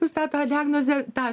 nustato diagnozę tą